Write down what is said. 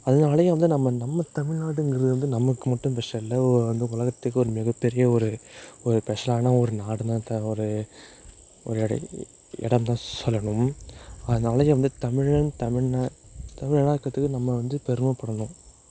அதனாலயே வந்து நம்ம நம்ம தமிழ்நாடுங்கிறது வந்து நமக்கும் மட்டும் ஸ்பெஷல் இல்லை இந்த உலகத்துக்கு மிகப்பெரிய ஒரு ஒரு ஸ்பெஷலான ஒரு நாடுனுதான் ஒரு ஒரு எடை இடம்தான் சொல்லணும் அதனாலயே வந்த தமிழன் தமிழ்னால் தமிழனாக இருக்கிறதுக்கு நம்ம வந்து பெருமைப்படணும்